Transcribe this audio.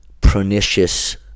pernicious